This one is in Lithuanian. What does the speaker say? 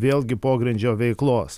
vėlgi pogrindžio veiklos